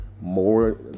more